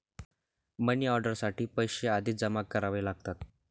money order साठी पैसे आधीच जमा करावे लागतात